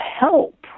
help